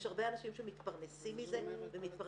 יש הרבה אנשים שמתפרנסים מזה ומתפרנסים